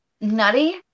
nutty